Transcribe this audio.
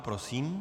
Prosím.